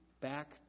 back